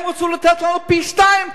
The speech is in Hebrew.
הם רצו לתת לנו פי-שניים כסף,